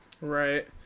Right